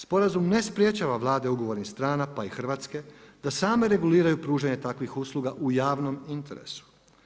Sporazum ne sprečava Vlade ugovornih strana pa i Hrvatske da same reguliraju pružanje takvih usluga u javnom interesu.